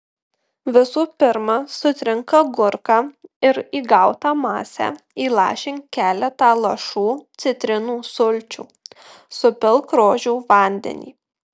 visų pirma sutrink agurką ir į gautą masę įlašink keletą lašų citrinų sulčių supilk rožių vandenį